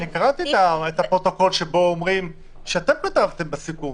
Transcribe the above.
אני קראתי את הפרוטוקול בו אומרים - שאתם כתבתם בסיכום